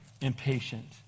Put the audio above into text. impatient